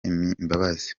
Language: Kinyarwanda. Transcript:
imbabazi